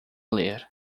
ler